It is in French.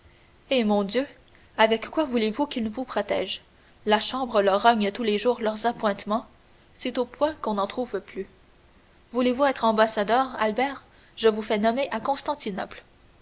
eh mon dieu avec quoi voulez-vous qu'ils vous protègent la chambre leur rogne tous les jours leurs appointements c'est au point qu'on n'en trouve plus voulez-vous être ambassadeur albert je vous fais nommer à constantinople